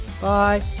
Bye